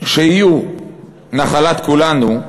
שיהיו נחלת כולנו,